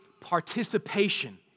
participation